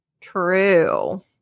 True